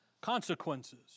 Consequences